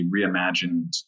reimagined